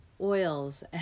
oils